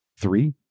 Three